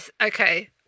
okay